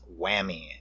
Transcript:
Whammy